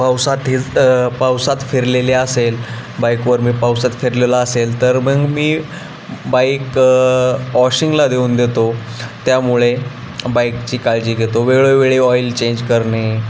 पावसात हिर पावसात फिरलेले असेल बाईकवर मी पावसात फिरलेलो असेल तर मग मी बाईक वॉशिंगला देऊन देतो त्यामुळे बाईकची काळजी घेतो वेळोवेळी ऑइल चेंज करणे